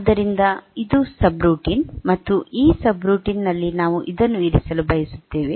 ಆದ್ದರಿಂದ ಇದು ಸಬ್ರುಟೀನ್ ಮತ್ತು ಈ ಸಬ್ರೂಟೀನ್ ನಲ್ಲಿ ನಾವು ಅದನ್ನು ಇರಿಸಲು ಬಯಸುತ್ತೇವೆ